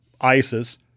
ISIS